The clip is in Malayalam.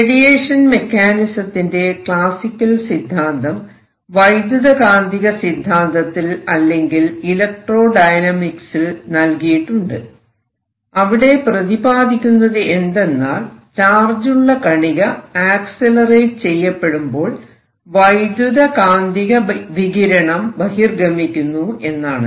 റേഡിയേഷൻ മെക്കാനിസത്തിന്റെ ക്ലാസിക്കൽ സിദ്ധാന്തം വൈദ്യുതകാന്തിക സിദ്ധാന്തത്തിൽ അല്ലെങ്കിൽ ഇലക്ട്രോഡൈനാമിക്സിൽ നൽകിയിട്ടുണ്ട് അവിടെ പ്രതിപാദിക്കുന്നത് എന്തെന്നാൽ ചാർജുള്ള കണിക ആക്സിലറേറ്റ് ചെയ്യപ്പെടുമ്പോൾ വൈദ്യുതകാന്തിക വികിരണം ബഹിർഗമിക്കുന്നു എന്നാണ്